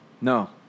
No